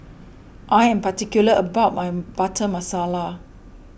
I am particular about my Butter Masala